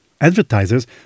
Advertisers